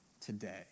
today